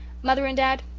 mother and dad,